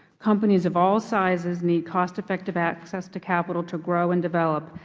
companies of all sizes need cost effective access to capital to grow and develop.